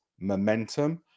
momentum